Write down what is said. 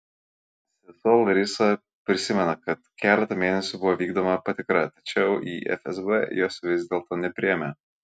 sesuo larisa prisimena kad keletą mėnesių buvo vykdoma patikra tačiau į fsb jo vis dėlto nepriėmė